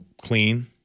clean